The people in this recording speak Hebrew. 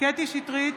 קטי קטרין שטרית,